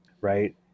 right